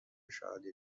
شادی